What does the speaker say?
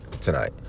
tonight